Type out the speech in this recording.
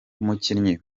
umukinnyi